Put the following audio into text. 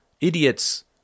Idiots